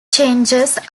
changes